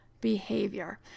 behavior